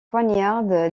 poignarde